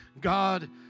god